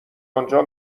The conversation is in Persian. آنجا